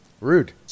Rude